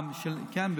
כן?